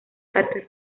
artes